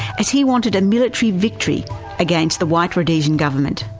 as he wanted a military victory against the white rhodesian government.